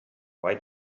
why